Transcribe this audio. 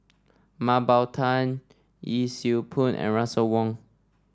Mah Bow Tan Yee Siew Pun and Russel Wong